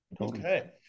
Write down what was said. Okay